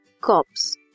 cops